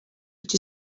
which